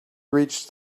reached